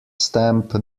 stamp